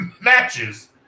matches